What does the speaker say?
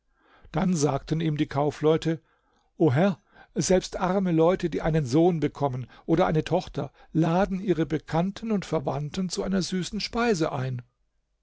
dann sagten ihm die kaufleute o herr selbst arme leute die einen sohn bekommen oder eine tochter laden ihre bekannten und verwandten zu einer süßen speise ein